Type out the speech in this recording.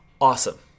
Awesome